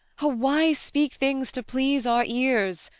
oh, why speak things to please our ears?